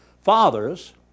Fathers